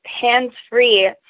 hands-free